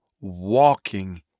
walking